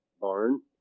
barn